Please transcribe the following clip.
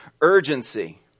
urgency